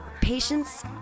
patience